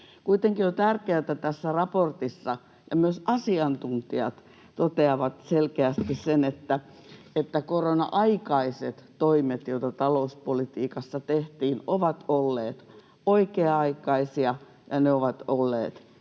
Kuitenkin on tärkeätä tässä raportissa, ja myös asiantuntijat toteavat selkeästi sen, että korona-aikaiset toimet, joita talouspolitiikassa tehtiin, ovat olleet oikea-aikaisia ja ne ovat olleet